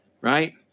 right